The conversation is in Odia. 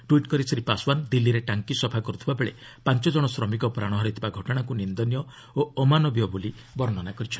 ଟ୍ୱିଟ୍ କରି ଶ୍ରୀ ପାଶୱାନ୍ ଦିଲ୍କୀରେ ଟାଙ୍କି ସଫା କରୁଥିବା ବେଳେ ପାଞ୍ଚ ଜଣ ଶ୍ରମିକ ପ୍ରାଣ ହରାଇଥିବା ଘଟଣାକୁ ନିନ୍ଦନୀୟ ଓ ଅମାନବୀୟ ବୋଲି ବର୍ଷ୍ଣନା କରିଛନ୍ତି